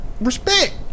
respect